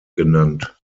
genannt